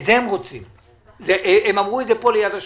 הם אמרו את זה פה ליד השולחן.